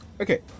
okay